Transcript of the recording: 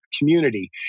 community